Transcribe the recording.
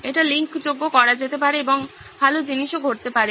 এটি লিঙ্কযোগ্য করা যেতে পারে এবং ভালো জিনিসও ঘটতে পারে